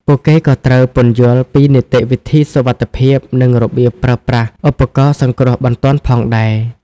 ពួកគេក៏ត្រូវពន្យល់ពីនីតិវិធីសុវត្ថិភាពនិងរបៀបប្រើប្រាស់ឧបករណ៍សង្គ្រោះបន្ទាន់ផងដែរ។